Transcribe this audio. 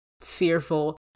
fearful